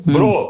Bro